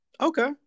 Okay